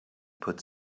put